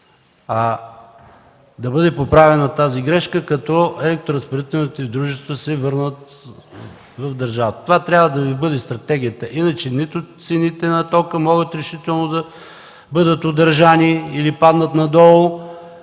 да бъде поправена тази грешка и електроразпределителните дружества да се върнат в държавата. Това трябва да Ви бъде стратегията, иначе нито цените на тока могат решително да бъдат удържани или да паднат надолу,